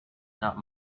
not